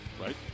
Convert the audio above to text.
right